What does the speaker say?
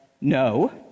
No